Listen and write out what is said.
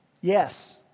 Yes